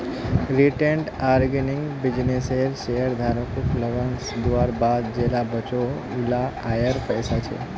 retained earning बिज्नेसेर शेयरधारकोक लाभांस दुआर बाद जेला बचोहो उला आएर पैसा छे